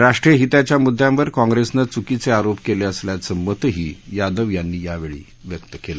राष्ट्रीय हिताच्या मुदयांवर काँग्रेसनं च्कीचे आरोप केले असल्याचं मतही यादव यांनी यावेळी व्यक्त केलं